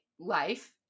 life